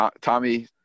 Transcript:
tommy